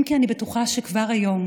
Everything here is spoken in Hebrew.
אם כי אני בטוחה שכבר היום,